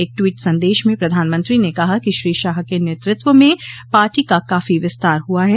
एक ट्वीट संदेश में प्रधानमंत्री ने कहा कि श्री शाह के नेतृत्व में पार्टी का काफी विस्तार हुआ ह